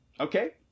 Okay